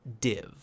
div